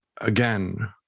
again